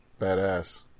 badass